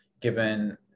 given